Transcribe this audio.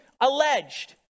alleged